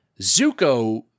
Zuko